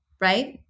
right